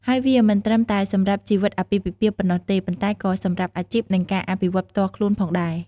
ហើយវាមិនត្រឹមតែសម្រាប់ជីវិតអាពាហ៍ពិពាហ៍ប៉ុណ្ណោះទេ ប៉ុន្តែក៏សម្រាប់អាជីព និងការអភិវឌ្ឍន៍ផ្ទាល់ខ្លួនផងដែរ។